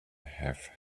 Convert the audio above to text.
have